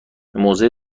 موزه